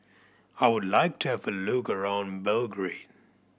I would like to have a look around Belgrade